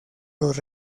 los